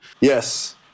Yes